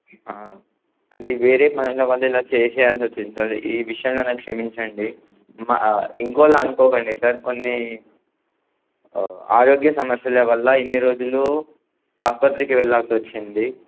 అది వేరే పనుల వల్ల ఇలా చేసేయాల్సి వచ్చింది సార్ ఈ విషయంలో నాన్ను క్షమించండి ఇంకోలా అనుకోకండి సార్ కొన్ని ఆరోగ్య సమస్యల వల్ల ఇన్ని రోజులు ఆసుపత్రికి వెళ్లాల్సి వచ్చింది